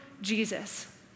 Jesus